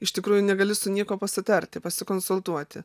iš tikrųjų negali su niekuo pasitarti pasikonsultuoti